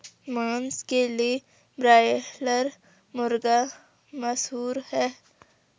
मांस के लिए ब्रायलर मुर्गा मशहूर है